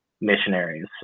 missionaries